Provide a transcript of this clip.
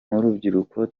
nk’urubyiruko